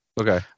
Okay